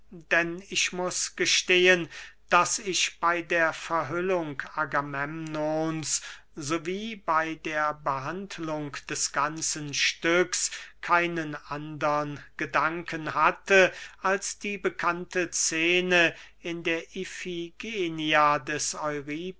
denn ich muß gestehen daß ich bey der verhüllung agamemnons so wie bey der behandlung des ganzen stücks keinen andern gedanken hatte als die bekannte scene in der ifigenia des